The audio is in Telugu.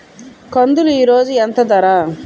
కందులు ఈరోజు ఎంత ధర?